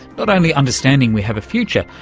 not only understanding we have a future,